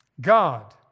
God